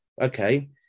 Okay